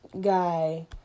guy